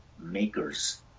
makers